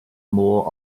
more